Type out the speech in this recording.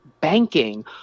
banking